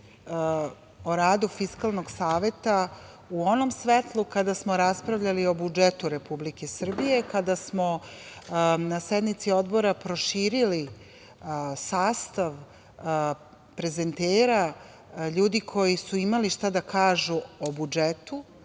o radu Fiskalnog saveta u onom svetlu kada smo raspravljali o budžetu Republike Srbije, kada smo na sednici Odbora proširili sastav prezentera, ljudi koji su imali šta da kažu o budžetu